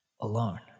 alone